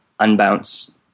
Unbounce